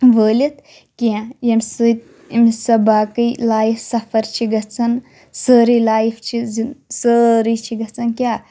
وٲلِتھ کینٛہہ ییٚمہِ سۭتۍ أمِس سۄ باقٕے لایف سفر چھِ گژھان سٲری لایف چھِ زِ سٲری چھِ گژھان کیٛاہ